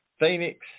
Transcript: Phoenix